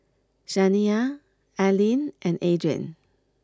Shaniya Allyn and Adriene